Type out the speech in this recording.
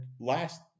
last